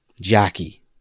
Jackie